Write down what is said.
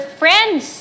friends